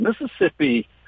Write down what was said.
Mississippi